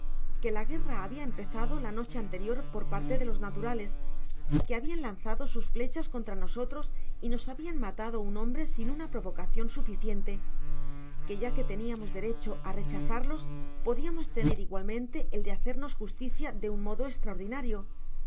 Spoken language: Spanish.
que la guerra habia empezado la noche anterior por parte de los naturales que habian lanzado sus flechas contra nosotros y nos habian matado un hombre sin una provocacion suficiente que ya que teniamos derecho á rechazarlos podiamos tener igualmente el de hacernos justicia de un modo estraordinario